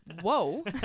whoa